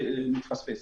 מתפספס.